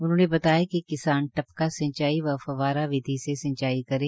उन्होंने बताया कि किसान टपका सिंचाई व फव्वारा विधि से सिंचाई करें